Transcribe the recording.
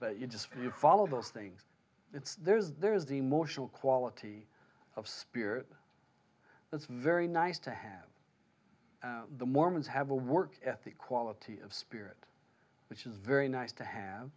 but you just you follow those things it's there is there is emotional quality of spirit that's very nice to have the mormons have a work ethic quality of spirit which is very nice to have